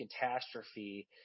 Catastrophe